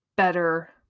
better